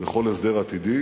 בכל הסדר עתידי.